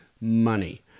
money